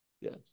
Yes